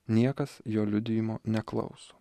niekas jo liudijimo neklauso